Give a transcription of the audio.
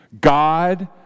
God